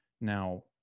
Now